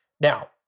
Now